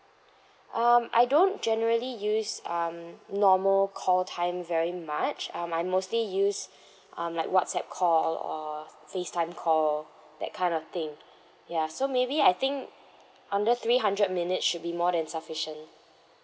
um I don't generally use um normal call time very much um I mostly use um like whatsapp call or facetime call that kind of thing ya so maybe I think under three hundred minutes should be more than sufficient